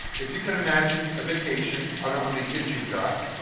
if you can imagine a vacation, i don't know how many kids you've got,